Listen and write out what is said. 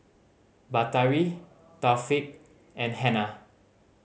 Batari Taufik and Hana